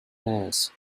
pairs